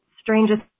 strangest